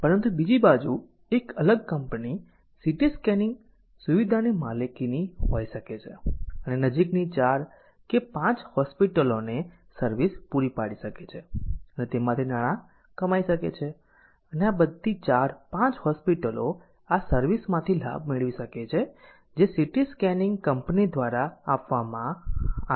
પરંતુ બીજી બાજુ એક અલગ કંપની સીટી સ્કેનિંગ સુવિધાની માલિકીની હોઈ શકે છે અને નજીકની 4 કે 5 હોસ્પિટલોને સર્વિસ પૂરી પાડી શકે છે અને તેમાંથી નાણાં કમાઈ શકે છે અને આ બધી 4 5 હોસ્પિટલો આ સર્વિસ માંથી લાભ મેળવી શકે છે જે સીટી સ્કેનિંગ કંપની દ્વારા આપવામાં આવી રહી છે